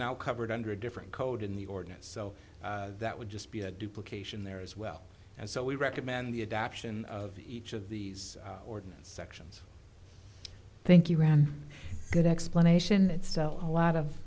now covered under a different code in the ordinance so that would just be a duplication there as well and so we recommend the adoption of each of these ordinance sections thank you ron good explanation it's a lot of